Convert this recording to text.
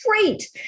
great